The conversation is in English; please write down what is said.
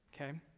okay